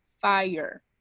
fire